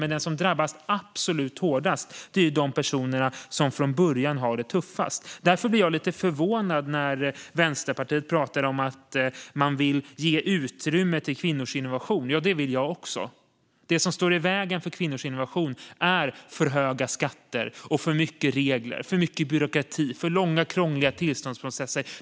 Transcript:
Men de som drabbas absolut hårdast är de personer som från början har det tuffast. Jag blir därför förvånad när Vänsterpartiet pratar om att man vill ge utrymme för kvinnors innovation. Det vill också jag. Det som står i vägen för kvinnors innovation är för höga skatter, för många regler, för mycket byråkrati och för långa och krångliga tillståndsprocesser.